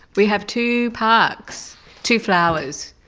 we have two parks, two flowers,